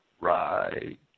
Right